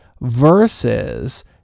versus